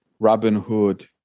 Robinhood